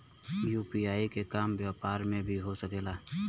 UPI के काम व्यापार में भी हो सके ला?